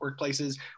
workplaces